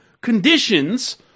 conditions